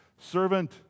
servant